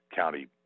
county